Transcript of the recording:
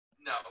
No